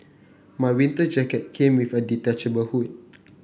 my winter jacket came with a detachable hood